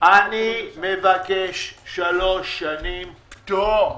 אני מבקש שלוש שנים פטור.